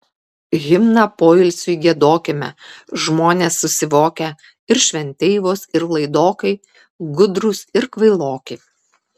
himną poilsiui giedokime žmonės susivokę ir šventeivos ir laidokai gudrūs ir kvailoki